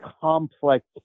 complex